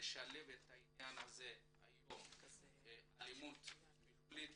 לשלב בדיון את העניין של אלימות מילולית